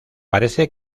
parece